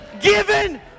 given